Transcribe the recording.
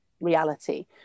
reality